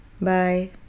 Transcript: Bye